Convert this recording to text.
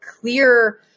clear